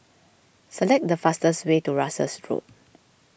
select the fastest way to Russels Road